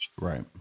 Right